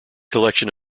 collection